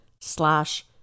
slash